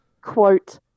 quote